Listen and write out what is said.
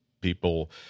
people